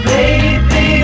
Baby